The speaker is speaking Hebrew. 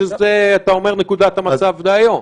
ואתה אומר שזאת נקודת המצב להיום.